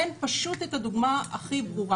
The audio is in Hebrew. אתן את הדוגמה הכי ברורה.